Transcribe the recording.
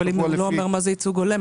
אבל אם הוא לא אומר מה זה ייצוג אומר,